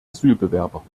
asylbewerber